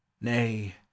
Nay